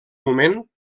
moment